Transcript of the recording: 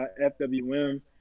FWM